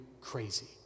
crazy